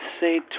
say